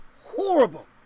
horrible